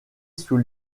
sous